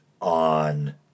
on